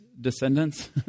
descendants